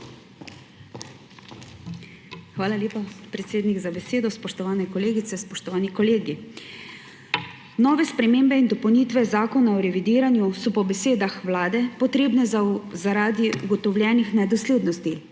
Hvala lepa, predsednik, za besedo. Spoštovane kolegice, spoštovani kolegi! Nove spremembe in dopolnitve Zakona o revidiranju so po besedah Vlade potrebne zaradi ugotovljenih nedoslednosti,